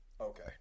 Okay